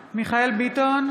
(קוראת בשמות חברי הכנסת) מיכאל מרדכי ביטון,